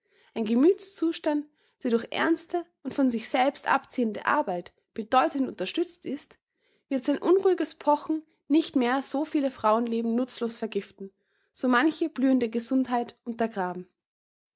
ein gemüthszustand der durch ernste und von sich selbst abziehende arbeit bedeutend unterstützt ist wird sein unruhiges pochen nicht mehr so viele frauenleben nutzlos vergiften so manche blühende gesundheit untergraben